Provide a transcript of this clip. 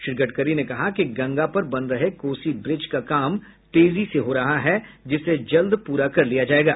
श्री गडकरी ने कहा कि गंगा पर बन रहे कोसी ब्रिज का काम तेजी से हो रहा है जिसे जल्द पूरा कर लिया जायेगा